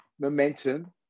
momentum